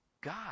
god